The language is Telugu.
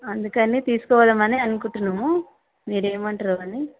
అందుకని తీసుకుపోదాం అని అనుకుంటున్నాము మీరు ఏమంటారో అని